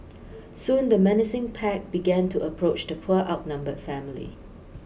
soon the menacing pack began to approach the poor outnumbered family